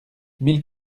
mille